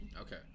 Okay